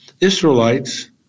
Israelites